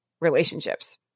relationships